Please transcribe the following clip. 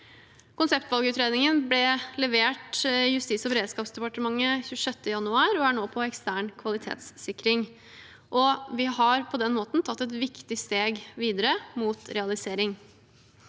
Konseptvalgutredningen ble levert Justis- og beredskapsdepartementet 26. januar og er nå på ekstern kvalitetssikring. Vi har på den måten tatt et viktig steg videre mot realisering.